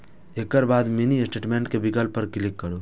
एकर बाद mini statement के विकल्प पर क्लिक करू